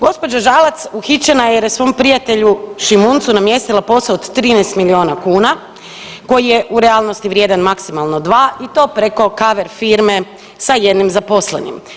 Gospođa Žalac uhićena je jer je svom prijatelju Šimuncu namjestila posao od 13 milijuna kuna koji je u realnosti vrijedan maksimalno 2 i to preko cover firme sa jednim zaposlenim.